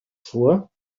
vor